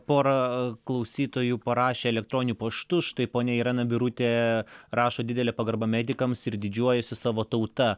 porą klausytojų parašė elektroniniu paštu štai ponia irena birutė rašo didelė pagarba medikams ir didžiuojasi savo tauta